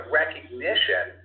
recognition